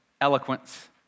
eloquence